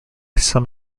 some